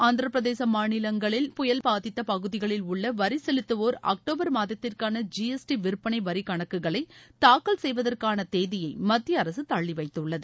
ஆந்திரபிரதேசம் மாநிலங்களில் புயல் பாதித்த பகுதிகளில் உள்ள வரிசெலுத்துவோர் அக்டோபர் மாதத்திற்கான ஜிஎஸ்டி விற்பனை வரிக்கணக்குகளை தூக்கல் செய்வதற்கான தேதியை மத்திய அரசு தள்ளிவைத்துள்ளது